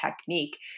technique